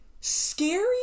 scary